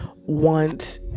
want